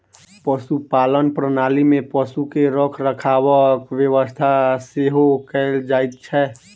पशुपालन प्रणाली मे पशु के रखरखावक व्यवस्था सेहो कयल जाइत छै